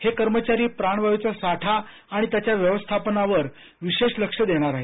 हे कर्मचारी प्राणवायूचा साठा आणि त्याच्या व्यवस्थापनावर विशेष लक्ष देणार आहेत